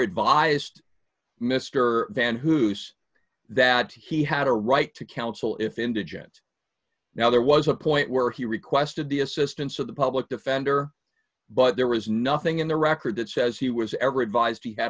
advised mr van whos that he had a right to counsel if indigent now there was a point where he requested the assistance of the public defender but there was nothing in the record that says he was ever advised he had